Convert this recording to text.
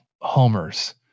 homers